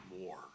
more